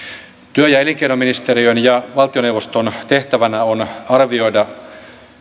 työ ja elinkeinoministeriön ja valtioneuvoston tehtävänä on arvioida